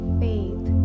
faith